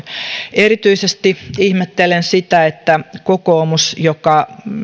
erityisesti ihmettelen sitä että kokoomus joka